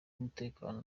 umutekano